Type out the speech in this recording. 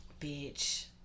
bitch